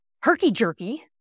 herky-jerky